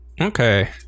okay